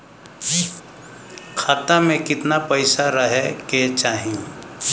खाता में कितना पैसा रहे के चाही?